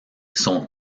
son